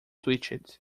twitched